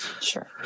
sure